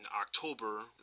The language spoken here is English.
October